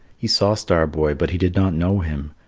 he saw star-boy, but he did not know him,